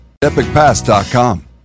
EpicPass.com